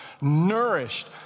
nourished